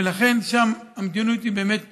ולכן שם המדיניות היא באמת שונה.